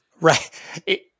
Right